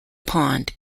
pond